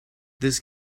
this